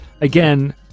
again